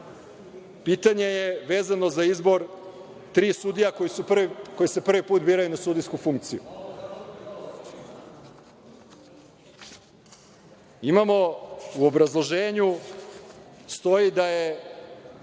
pitanje je vezano za izbor tri sudije koji se prvi put biraju na sudijsku funkciju.